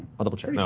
i'll double check.